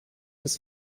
des